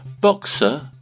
Boxer